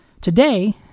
Today